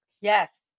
Yes